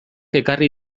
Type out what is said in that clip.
ekarri